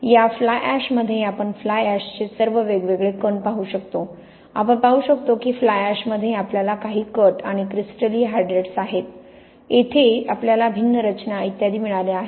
या फ्लाय ऍशमध्ये आपण फ्लाय ऍशचे सर्व वेगवेगळे कण पाहू शकतो आपण पाहू शकतो की फ्लाय ऍशमध्ये आपल्याला काही कट आणि क्रिस्टलीय हायड्रेट्स आहेत येथे आपल्याला भिन्न रचना इत्यादी मिळाल्या आहेत